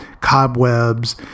cobwebs